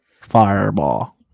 Fireball